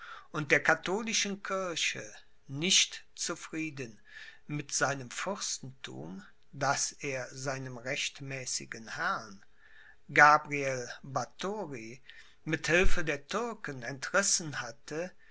und der katholischen kirche nicht zufrieden mit seinem fürstenthum das er seinem rechtmäßigen herrn gabriel bathori mit hilfe der türken entrissen hatte